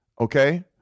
okay